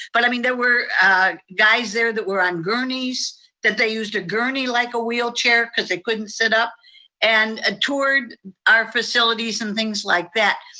but i mean there were guys there that were on gurneys that they used a gurney, like a wheelchair, cause they couldn't sit up and ah toured our facilities and things like that.